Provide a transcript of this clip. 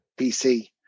PC